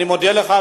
אני מודה לך,